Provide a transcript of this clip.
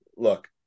Look